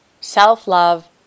Self-love